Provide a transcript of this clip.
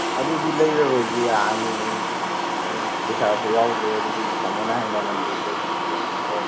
ꯑꯗꯨꯗꯤ ꯂꯩꯔꯔꯣꯏꯒꯦ ꯌꯥꯔꯅꯤꯌꯦ ꯑꯩ ꯑꯩ ꯄꯩꯁꯥꯁꯨ ꯌꯥꯎꯗ꯭ꯔꯦ ꯑꯗꯨꯗꯤ ꯇꯥꯃꯣꯅ ꯍꯥꯏꯔꯤ ꯃꯃꯜꯗꯨꯁꯨ ꯑꯩ ꯄꯤꯕ ꯉꯝꯃꯔꯣꯏ